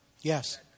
Yes